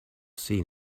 seen